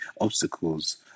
obstacles